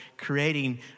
creating